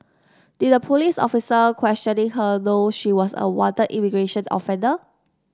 did the police officer questioning her know she was a wanted immigration offender